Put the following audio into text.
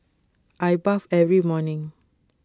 I bathe every morning